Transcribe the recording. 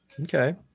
Okay